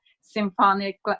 symphonic